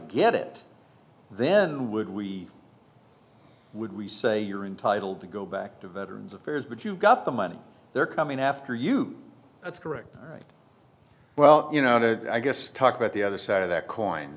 get it then would we would we say you're entitle to go back to veterans affairs but you've got the money they're coming after you that's correct right well you know to i guess talk about the other side of that coin